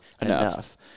enough